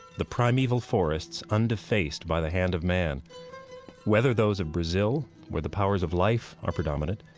the primeval forests undefaced by the hand of man whether those of brazil, where the powers of life are predominant,